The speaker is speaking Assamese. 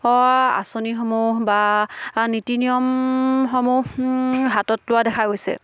আঁচনিসমূহ বা নীতি নিয়মসমূহ হাতত লোৱা দেখা গৈছে